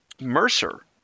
Mercer